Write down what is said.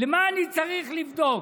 למה אני צריך לבדוק,